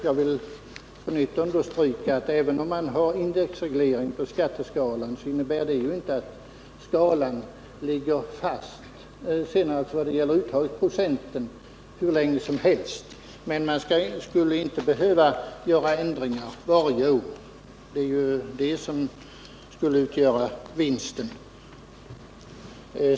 Jag vill på nytt understryka att även om man har indexreglering på skatteskalan innebär det inte att skalan ligger fast vad gäller uttagsprocenten hur länge som helst, men man skulle inte behöva göra ändringar varje år. Det är ju det som skulle utgöra vinsten.